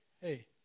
hey